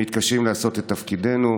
והם מתקשים לעשות את תפקידם.